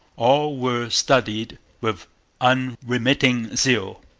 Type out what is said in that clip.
all were studied with unremitting zeal.